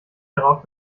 darauf